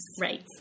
Right